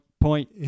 point